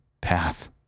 path